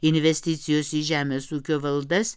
investicijos į žemės ūkio valdas